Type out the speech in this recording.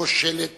כושלת